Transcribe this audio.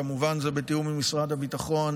כמובן בתיאום עם משרד הביטחון,